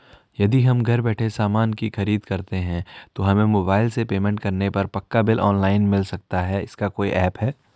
यदि हम घर बैठे सामान की खरीद करते हैं तो हमें मोबाइल से पेमेंट करने पर पक्का बिल ऑनलाइन मिल सकता है इसका कोई ऐप है